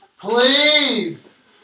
Please